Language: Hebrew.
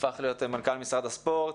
הפך להיות מנכ"ל משרד הספורט.